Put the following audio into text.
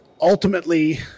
ultimately